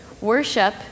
Worship